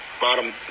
bottom